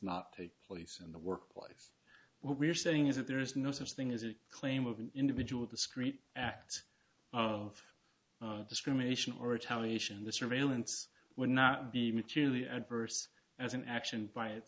not take place in the work lives what we're saying is that there is no such thing as a claim of an individual discrete act of discrimination or a television the surveillance would not be materially adverse as an action by it